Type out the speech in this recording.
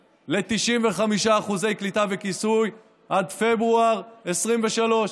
ל-95% קליטה וכיסוי עד פברואר 2023,